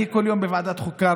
אני כל יום בוועדת חוקה,